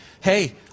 hey